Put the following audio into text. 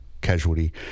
casualty